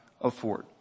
afford